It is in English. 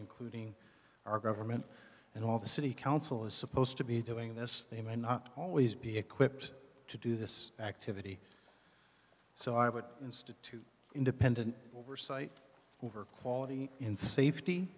including our government and all the city council is supposed to be doing this they may not always be equipped to do this activity so i would institute independent oversight over quality in safety